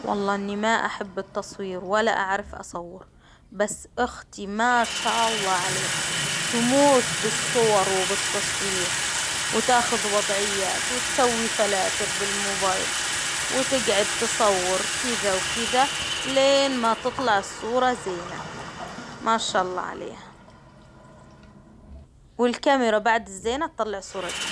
والله إني ما أحب التصوير ولا أعرف أصور، بس أختي ما شاء الله عليها، تموت بالصور وبالتصوير، وتاخذ وضعيات وتسوي فلاتر بالموبايل، وتقعد تصور كذا وكذا، لين ما تطلع الصورة زينة، ماشاء الله عليها ، والكاميرا بعد الزينة تطلع صورة زينة.